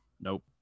Nope